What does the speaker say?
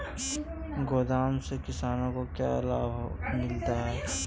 गोदाम से किसानों को क्या क्या लाभ मिलता है?